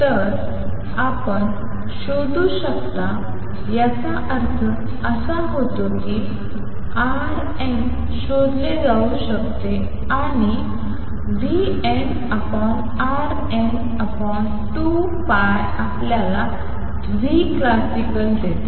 तर आपण शोधू शकता याचा अर्थ असा होतो की rn शोधले जाऊ शकते आणि vnrn2π आपल्याला classical देते